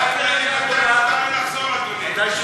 מתי לחזור, אדוני?